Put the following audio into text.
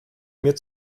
mir